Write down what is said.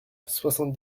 soixante